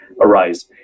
arise